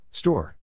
Store